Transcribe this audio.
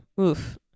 oof